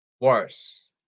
Worse